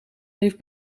heeft